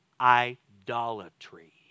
idolatry